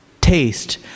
taste